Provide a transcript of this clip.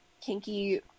kinky